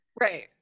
Right